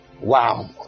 Wow